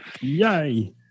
yay